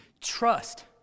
trust